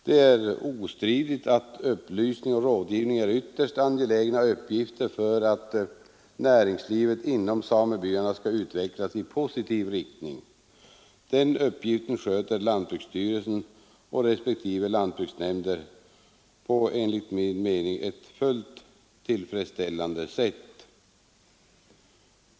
Det är ostridigt att upplysning och rådgivning är ytterst angelägna uppgifter för att näringslivet inom samebyarna skall utvecklas i positiv riktning. Dessa uppgifter sköter lantbruksstyrelsen och respektive lantbruksnämnder på ett enligt min mening fullt tillfredsställande sätt.